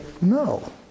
no